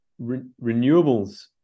renewables